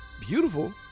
beautiful